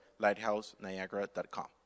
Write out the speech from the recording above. LighthouseNiagara.com